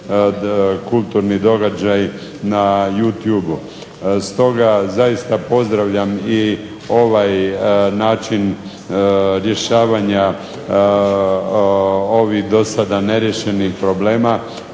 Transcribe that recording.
kulturni događaj na Youtubeu. Stoga zaista pozdravljam i ovaj način rješavanja ovih do sada neriješenih problema